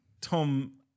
Tom